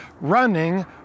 running